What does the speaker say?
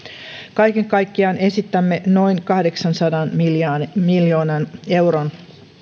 kaiken kaikkiaan esitämme noin kahdeksansadan miljoonan euron